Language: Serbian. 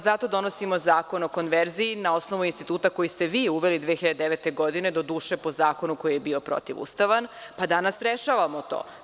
Zato donosimo Zakon o konverziji na osnovu instituta koji ste vi uveli 2009. godine, doduše, po zakonu koji je bio protivustavan, pa danas rešavamo to.